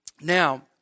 Now